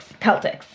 Celtics